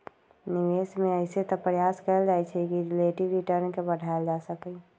निवेश में अइसे तऽ प्रयास कएल जाइ छइ कि रिलेटिव रिटर्न के बढ़ायल जा सकइ